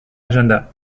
agenda